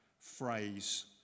phrase